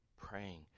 praying